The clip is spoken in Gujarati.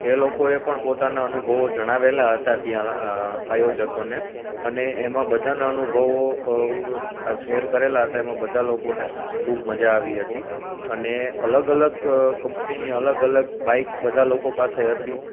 એ લોકોએ પણ પોતાના અનુભવો જણાવેલા હતા ત્યાં આયોજકોને એમાં બધાના અનુભવો શેર કરેલા હતા એમાં બધા લોકોને ખૂબ મજા આવી હતી અને અલગ અલગ કંપનીની અલગ અલગ બાઈક બધા લોકો પાસે હતી